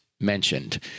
mentioned